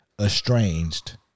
estranged